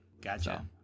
gotcha